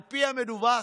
על פי המדוּוח,